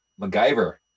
macgyver